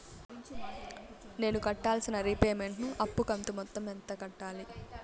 నేను కట్టాల్సిన రీపేమెంట్ ను అప్పు కంతు మొత్తం ఎంత కట్టాలి?